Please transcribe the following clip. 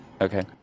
okay